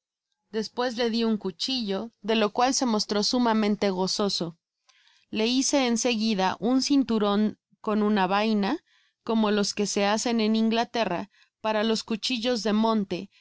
despues le di un cuchillo de lo cual se mostró sumamente gozoso le hice en seguida un cinturon con una vaina como los que se hacen en inglaterra para los cuchillos de monte y